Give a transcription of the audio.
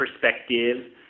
perspective